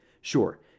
Sure